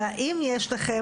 והאם יש לכם,